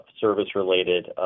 service-related